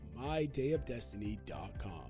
mydayofdestiny.com